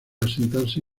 asentarse